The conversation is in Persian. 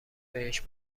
بهش